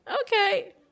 okay